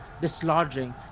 dislodging